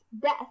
death